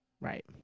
Right